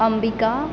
Ambika